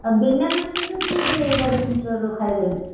ଆଉ ବିନା ଡକ୍ଟର୍ରେ କେମିତି ମେଡ଼ିସିନ୍ ଷ୍ଟୋର୍ରୁ ଖାଇବେ